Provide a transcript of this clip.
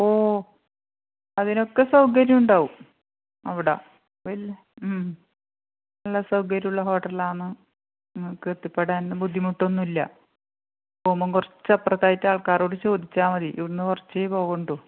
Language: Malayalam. ഓ അതിനൊക്കെ സൗകര്യം ഉണ്ടാവും അവിട വലിയ നല്ല സൗകര്യം ഉള്ള ഹോട്ടലാണ് നിങ്ങൾക്കെത്തിപ്പെടാനൊന്നും ബുദ്ധിമുട്ടൊന്നുമില്ല പോകുമ്പം കുറച്ചപ്പുറത്തായിട്ട് ആൾക്കാരോട് ചോദിച്ചാൽ മതി ഇവിടെനിന്ന് കുറച്ചേ പോകണ്ടു